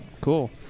Cool